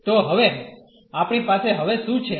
તો હવે આપણી પાસે હવે શું છે